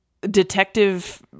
detective